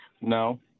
no